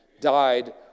died